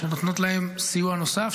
שנותנות להם סיוע נוסף,